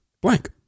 Blank